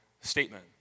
statement